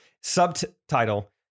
Subtitle